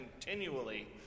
continually